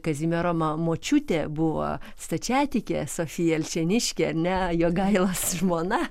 kazimiero ma močiutė buvo stačiatikė sofija alšėniškė ne jogailos žmona